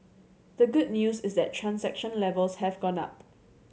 the good news is that transaction levels have gone up